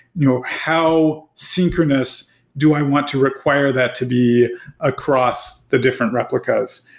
you know how synchronous do i want to require that to be across the different replicas.